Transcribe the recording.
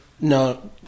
No